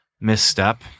misstep